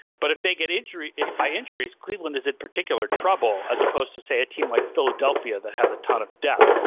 but if they get injury by injuries cleveland is in particular trouble as opposed to say a team like philadelphia that has a ton of depth.